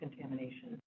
contamination